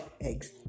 eggs